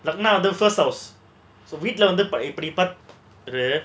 லக்னா வந்து:lakkna vandhu first house வீட்ல வந்து இப்போ:veetla vandhu ippo